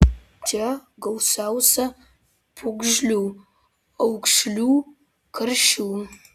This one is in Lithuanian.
čia gausiausia pūgžlių aukšlių karšių